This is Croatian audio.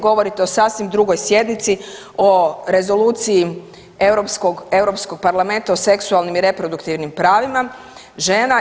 Govorite o sasvim drugoj sjednici, o rezoluciji europskog, Europskog parlamenta o seksualnim i reproduktivnim pravima žena.